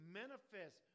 manifest